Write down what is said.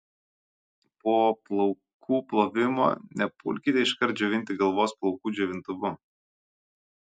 po plaukų plovimo nepulkite iškart džiovinti galvos plaukų džiovintuvu